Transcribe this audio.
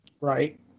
Right